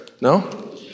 No